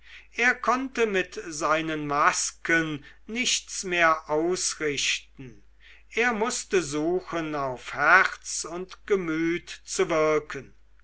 er konnte mit seinen masken nichts mehr ausrichten er mußte suchen auf herz und gemüt zu wirken